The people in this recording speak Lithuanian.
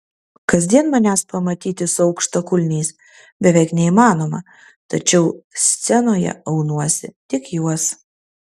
kasdien manęs pamatyti su aukštakulniais beveik neįmanoma tačiau scenoje aunuosi tik juos